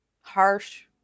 harsh